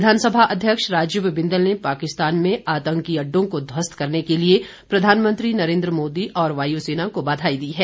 विधानसभा अध्यक्ष राजीव बिंदल ने पाकिस्तान में आतंकी अड्डों को ध्वस्त करने के लिए प्रधानमंत्री नरेन्द्र मोदी और वायुसेना को बधाई दी है